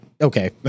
Okay